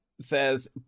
says